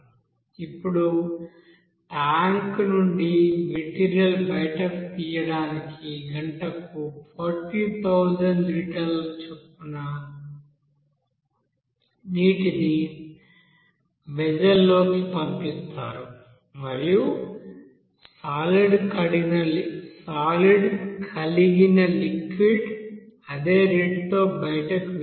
ఇప్పుడు ట్యాంక్ నుండి మెటీరియల్ బయటకు తీయడానికి గంటకు 40000 లీటర్ చొప్పున నీటిని వెస్సెల్ లోకి పంపిస్తారు మరియు సాలిడ్ కలిగిన లిక్విడ్ అదే రేటుతో బయటకు వెళ్తుంది